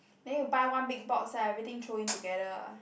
then you buy one big box lah everything throw in together